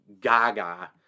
gaga